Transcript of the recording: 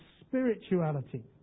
spirituality